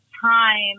time